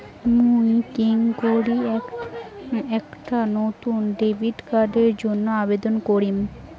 মুই কেঙকরি একটা নতুন ডেবিট কার্ডের জন্য আবেদন করিম?